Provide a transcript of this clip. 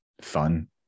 fun